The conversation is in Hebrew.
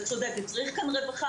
את צודקת: צריך כאן רווחה.